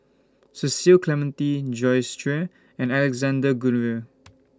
Cecil Clementi Joyce Jue and Alexander Guthrie